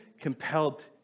compelled